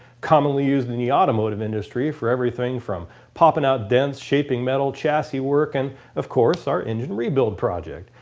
commonly used in the automotive industry for everything from popping out dents, shaping metal, chassis work and of course our engine rebuild project.